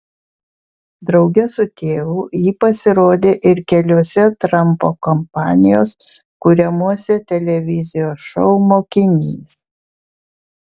drauge su tėvu ji pasirodė ir keliuose trampo kompanijos kuriamuose televizijos šou mokinys